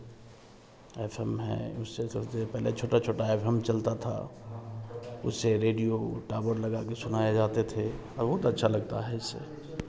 F M है उससे सबसे पहले छोटा छोटा एफ़ एम चलता था उससे रेडियो टावर लगा कर सुनाए जाते थे और बहुत अच्छा लगता है इससे